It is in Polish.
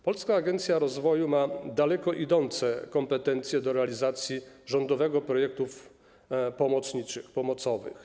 Polska Agencja Rozwoju ma daleko idące kompetencje w zakresie realizacji rządowych projektów pomocniczych, pomocowych.